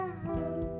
home